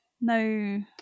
no